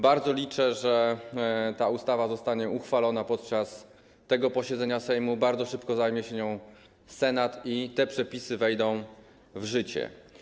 Bardzo liczę na to, że ta ustawa zostanie uchwalona podczas tego posiedzenia Sejmu, bardzo szybko zajmie się nią Senat i te przepisy wejdą w życie.